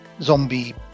zombie